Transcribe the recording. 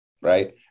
right